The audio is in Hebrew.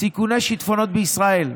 סיכוני שיטפונות בישראל.